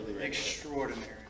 Extraordinary